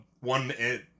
one